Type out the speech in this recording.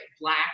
black